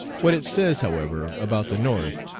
what it says, however, about the north,